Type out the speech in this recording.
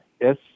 Yes